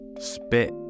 spit